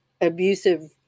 abusive